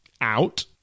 out